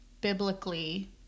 biblically